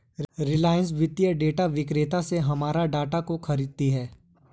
रिलायंस वित्तीय डेटा विक्रेता से हमारे डाटा को खरीदती है